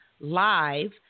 live